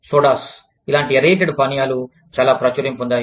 sodas ఇలాంటి aerated పానీయాలు చాలా ప్రాచుర్యం పొందాయి